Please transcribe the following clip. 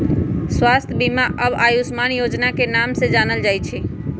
स्वास्थ्य बीमा अब आयुष्मान योजना के नाम से जानल जाई छई